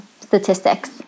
statistics